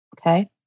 okay